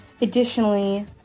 Additionally